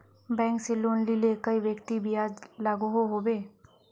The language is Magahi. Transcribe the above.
बैंक से लोन लिले कई व्यक्ति ब्याज लागोहो होबे?